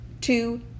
two